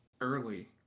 early